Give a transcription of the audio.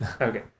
Okay